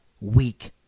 weak